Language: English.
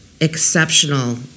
exceptional